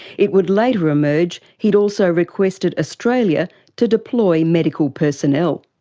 it would later emerge he'd also requested australia to deploy medical personnel.